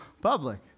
public